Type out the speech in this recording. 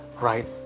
right